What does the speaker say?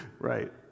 Right